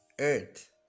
earth